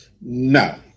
No